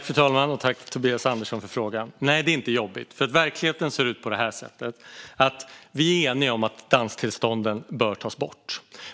Fru talman! Tack, Tobias Andersson, för frågan! Nej, det är inte jobbigt. Verkligheten ser nämligen ut så att vi är eniga om att danstillstånden bör tas bort.